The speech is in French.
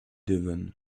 devon